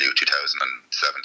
2017